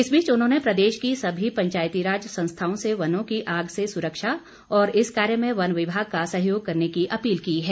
इस बीच उन्होंने प्रदेश के सभी पंचायतीराज संस्थाओं से वनों की आग से सुरक्षा और इस कार्य में वन विभाग का सहयोग करने की अपील की है